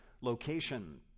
location